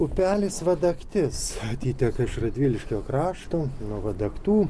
upelis vadaktis atiteka iš radviliškio krašto nuo vadaktų